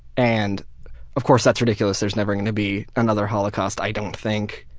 and of course that's ridiculous, there's never gonna be another holocaust, i don't think,